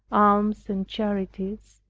alms and charities,